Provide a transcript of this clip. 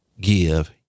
give